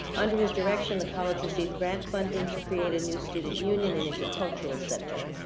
under his direction, the college received grant funding to create a new student union and intercultural center.